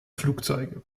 flugzeuge